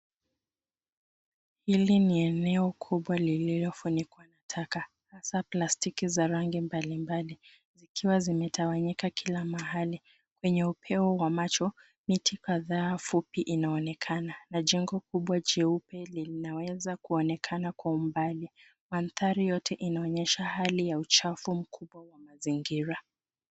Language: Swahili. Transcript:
Hili ni eneo kubwa liliofunikwa taka, hasa plastiki za rangi mbalimbali, zikiwa zimetawanyika kila mahali. Kwenye upeo wa macho, miti kadhaa fupi inaonekana na jengo kubwa jeupe linaweza kuonekana kwa umbali. Mandhari yote inaonyesha hali ya uchafu mkubwa wa mazingira.